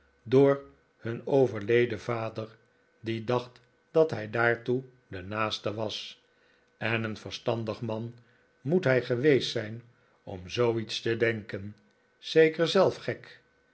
door hun overleden vader die dacht dat hij daartoe de naaste was en een verstandig man moet hij geweest zijn om zooiets te denken zeker zelf gek